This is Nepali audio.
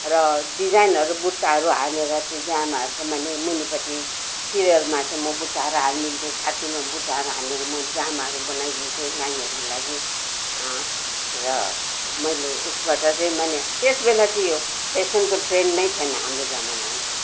र डिजाइनहरू बुट्टाहरू हानेर त्यो जामाहरूको माने मुनि पट्टि फिरेलमा चाहिँ म बुट्टाहरू हानिदिन्थेँ छातीमा बुट्टाहरू हानेर म जामाहरू बनाइदिन्थेँ नानीहरूको लागि र मैले उसबाट चाहिँ माने त्यसबेला चाहिँ यो फेसनको ट्रेन्ड नै थिएन हाम्रो जमानामा चाहिँ